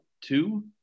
two